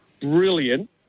brilliant